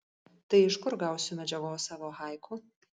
tai iš kur gausiu medžiagos savo haiku